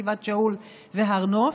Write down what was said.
גבעת שאול והר נוף,